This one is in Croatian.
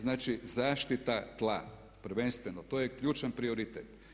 Znači, zaštita tla prvenstveno to je ključan prioritet.